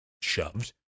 shoved